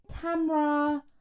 camera